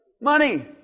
Money